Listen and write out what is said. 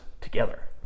together